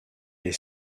les